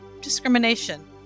discrimination